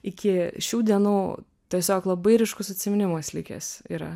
iki šių dienų tiesiog labai ryškus atsiminimas likęs yra